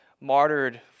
martyred